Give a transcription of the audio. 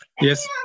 Yes